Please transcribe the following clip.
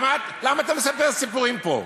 למה אתה מספר סיפורים פה?